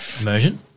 immersion